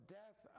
death